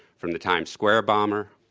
from the times square bomber,